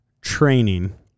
training